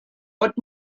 but